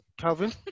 Calvin